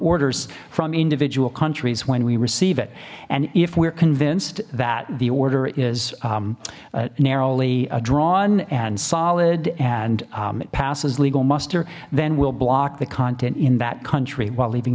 orders from individual countries when we receive it and if we're convinced that the order is narrowly drawn and solid and it passes legal muster then we'll block the content in that country while leaving